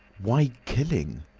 why killing?